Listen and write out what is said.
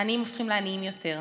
העניים הופכים לעניים יותר,